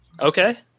Okay